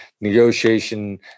negotiation